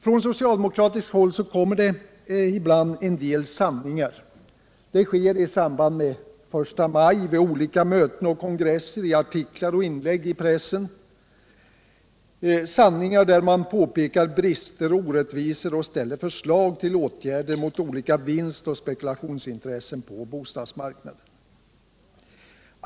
Från socialdemokratiskt håll kommer det ibland en del sanningar. Det sker i samband med första maj, vid olika möten och kongresser, i artiklar och inlägg i pressen. Man påpekar brister och orättvisor och lägger fram förslag till åtgärder mot olika vinst och spekulationsintressen på bostadsmarknaden.